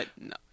No